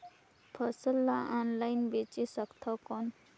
फसल ला ऑनलाइन बेचे सकथव कौन?